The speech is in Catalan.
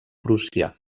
prussià